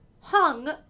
hung